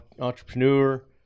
entrepreneur